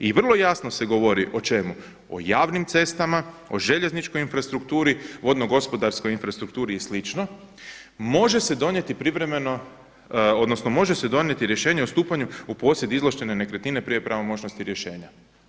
I vrlo jasno se govori o čemu, o javnim cestama, o željezničkoj infrastrukturi, vodno gospodarskoj infrastrukturi i slično, može se donijeti privremeno, odnosno može se donijeti rješenje o stupanju u posjed izvlaštene nekretnine prije pravomoćnosti izvlaštenja.